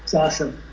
so awesome.